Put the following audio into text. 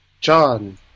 John